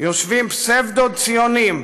יושבים פסבדו-ציונים,